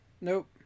Nope